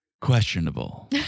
questionable